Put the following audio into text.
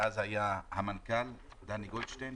ואז היה המנכ"ל דני גולדשטיין,